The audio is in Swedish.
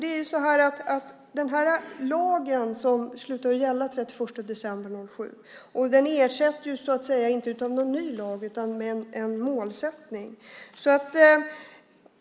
Det är ju så att den lag som slutade att gälla den 31 december 2007 inte ersätts av någon ny lag utan av en målsättning.